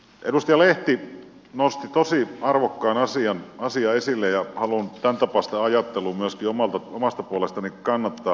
edustaja lehti nosti tosi arvokkaan asian esille ja haluan tämäntapaista ajattelua myöskin omasta puolestani kannattaa